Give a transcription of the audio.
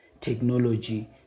technology